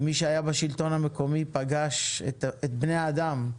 ומי שהיה בשלטון המקומי פגש את בני האדם.